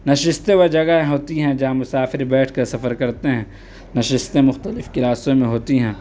نشستیں وہ جگہ ہوتی ہیں جہاں مسافر بیٹھ کے سفر کرتے ہیں نشستیں مختلف کلاسوں میں ہوتی ہیں